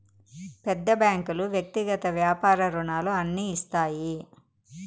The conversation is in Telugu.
పెద్ద బ్యాంకులు వ్యక్తిగత వ్యాపార రుణాలు అన్ని ఇస్తాయి